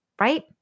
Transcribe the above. right